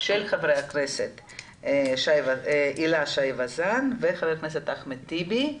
של חברת הכנסת הילה שי וזאן וחבר הכנסת אחמד טיבי.